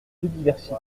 biodiversité